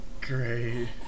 Great